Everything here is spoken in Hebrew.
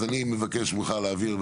אז אני מבקש ממך להעביר,